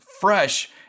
fresh